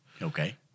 Okay